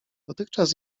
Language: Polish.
dotychczas